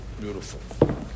Beautiful